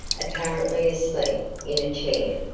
apparently asleep in a chair.